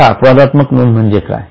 आता अपवादात्मक नोंद म्हणजे काय